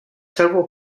several